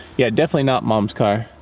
yeah, definitely not mom's car.